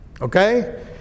Okay